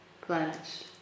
planets